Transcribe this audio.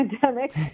pandemic